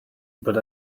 but